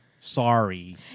sorry